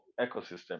ecosystem